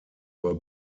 were